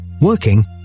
working